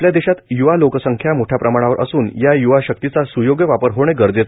आपल्या देशात यूवा लोकसंख्या मोठया प्रमाणावर असून या यूवा शक्तीचा स्योग्य वापर होणे गरजेचे आहे